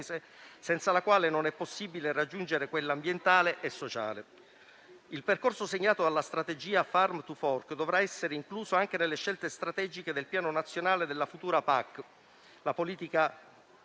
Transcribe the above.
senza la quale non è possibile raggiungere quelle ambientale e sociale. Il percorso segnato dalla strategia Farm to fork dovrà essere incluso anche nelle scelte strategiche del Piano nazionale della futura PAC, la politica